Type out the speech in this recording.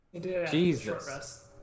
Jesus